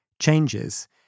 changes